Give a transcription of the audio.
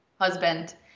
husband